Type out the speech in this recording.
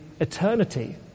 eternity